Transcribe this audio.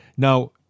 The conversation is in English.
Now